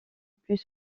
plus